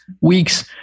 weeks